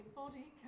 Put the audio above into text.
body